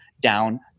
down